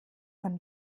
von